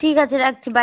ঠিক আছে রাখছি বাই